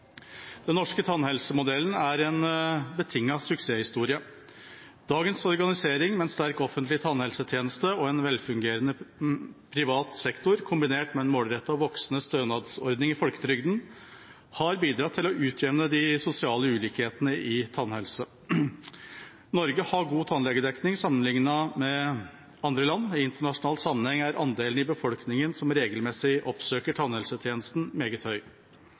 Den norske tannhelsemodellen er en betinget suksesshistorie. Dagens organisering, med en sterk offentlig tannhelsetjeneste og en velfungerende privat sektor, kombinert med en målrettet og voksende stønadsordning i folketrygden, har bidratt til å utjevne de sosiale ulikhetene i tannhelse. Norge har god tannlegedekning sammenliknet med andre land. I internasjonal sammenheng er andelen i befolkningen som regelmessig oppsøker tannhelsetjenesten, meget høy.